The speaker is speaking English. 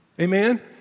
Amen